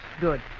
Good